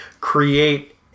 create